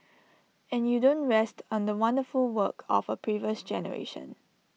and you don't rest on the wonderful work of A previous generation